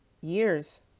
years